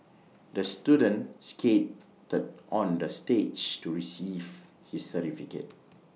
the student skated the stage to receive his certificate